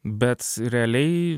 bet realiai